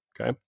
Okay